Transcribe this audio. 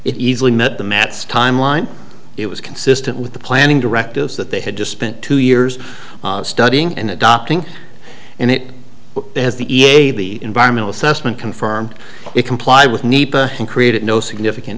it easily met the math timeline it was consistent with the planning directives that they had just spent two years studying and adopting and it has the e p a the environmental assessment confirmed it complied with nepa and created no significant